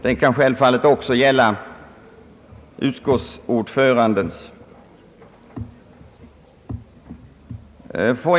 De kan självfallet också gälla utskottsordförandens anförande.